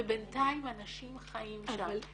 ובינתיים אנשים חיים שם.